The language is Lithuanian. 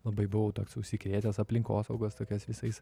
labai buvau toks užsikrėtęs aplinkosaugos tokiais visais